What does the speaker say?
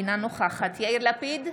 אינה נוכחת יאיר לפיד,